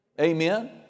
Amen